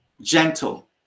gentle